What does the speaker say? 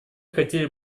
хотели